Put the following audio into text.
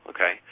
Okay